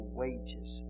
wages